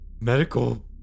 medical